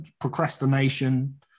procrastination